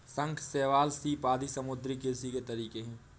शंख, शैवाल, सीप आदि समुद्री कृषि के तरीके है